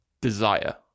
desire